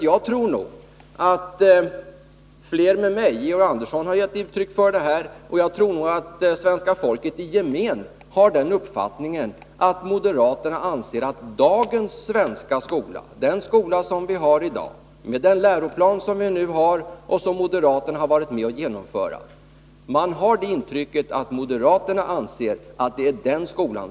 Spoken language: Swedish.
Jag tror nog att svenska folket i gemen har den uppfattningen att moderaterna anser att dagens svenska skola, med den läroplan som vi nu har och som moderaterna har varit med om att genomföra, är dålig.